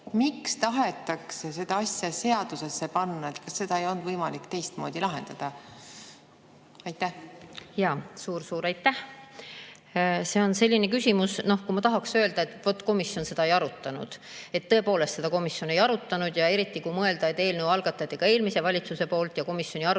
Miks tahetakse seda asja seadusesse panna? Kas seda ei olnud võimalik teistmoodi lahendada? Suur-suur aitäh! See on selline küsimus, mille kohta ma tahaks öelda, et vaat komisjon seda ei arutanud. Tõepoolest, seda komisjon ei arutanud. Eriti, kui mõelda, et eelnõu algatas juba eelmine valitsus ja komisjoni arutelusid